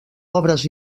obres